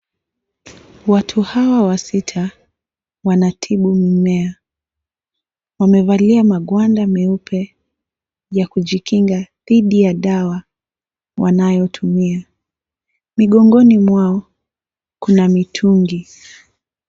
Watu hawa wasita wanatibu mmea. Wamevalia magwanda meupe ya kujikinga dhidi ya dawa wanayotumia. Migongoni mwao kuna mitungi.